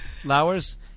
Flowers